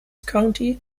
county